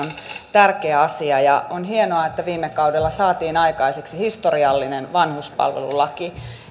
tärkeä asia ja on hienoa että viime kaudella saatiin aikaiseksi historiallinen vanhuspalvelulaki